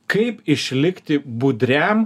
kaip išlikti budriam